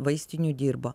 vaistinių dirbo